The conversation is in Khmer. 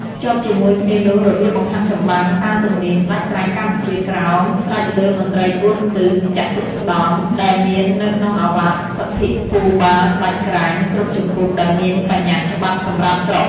ភ្ជាប់ជាមួយគ្នានោះ របៀបបង្ហាត់ចម្បាំង «តាមទំនៀមស្តេចក្រាញ់កម្ពុជាក្រោម» ស្រេចលើមន្ត្រី៤ទិស «ចតុស្តម្ភ» ដែលមាន នៅក្នុងឱវាទស្និទ្ធិភូបាលស្តេចក្រាញ់គ្រប់ជំពូកដែលមានបញ្ញត្តិច្បាប់សម្រាប់ស្រុក ។